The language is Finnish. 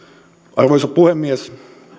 arvoisa puhemies